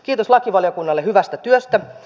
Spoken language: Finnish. kiitos lakivaliokunnalle hyvästä työstä